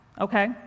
okay